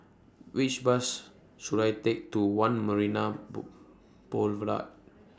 Which Bus should I Take to one Marina Boulevard